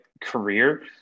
career